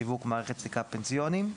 שיווק ומערכת סליקה פנסיוניים.